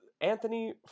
Anthony